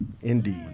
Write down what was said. Indeed